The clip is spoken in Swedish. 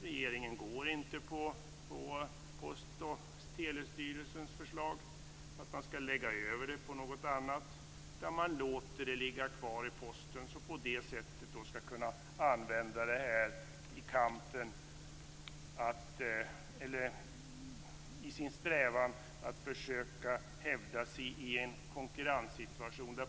Regeringen går inte på Post och telestyrelsens förslag om att hanteringen skall läggas över på någon annan enhet, utan man låter verksamheten ligga kvar i Posten, som på det sättet kan använda verksamheten i sin strävan att försöka hävda sig i en konkurrenssituation.